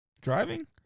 driving